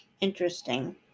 Interesting